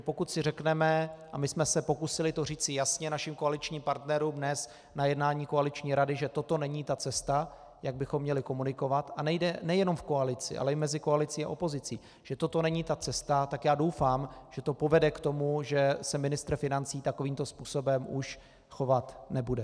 Pokud si řekneme, a my jsme se pokusili říci to jasně našim koaličních partnerům dnes na jednání koaliční rady, že toto není ta cesta, jak bychom měli komunikovat a nejde o to jenom v koalici, ale i mezi koalicí a opozicí že toto není ta cesta, tak doufám, že to povede k tomu, že se ministr financí takovýmto způsobem už chovat nebude.